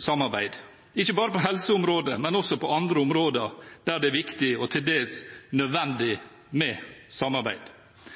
samarbeid, ikke bare på helseområdet, men også på andre områder der det er viktig og til dels nødvendig med samarbeid.